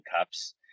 Cups